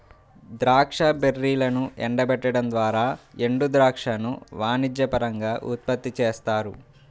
ద్రాక్ష బెర్రీలను ఎండబెట్టడం ద్వారా ఎండుద్రాక్షను వాణిజ్యపరంగా ఉత్పత్తి చేస్తారు